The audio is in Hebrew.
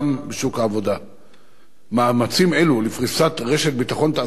מאמצים אלו לפריסת רשת ביטחון תעסוקתית למפוטרי "קיקה"